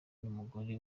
n’umugore